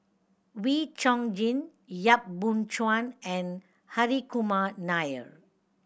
Wee Chong Jin Yap Boon Chuan and Hri Kumar Nair